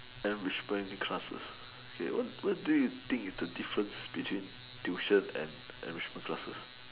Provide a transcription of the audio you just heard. enrichment classes okay what what do you think is the difference between tuition and enrichment classes